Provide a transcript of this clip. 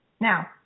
now